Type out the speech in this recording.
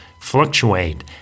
fluctuate